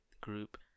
group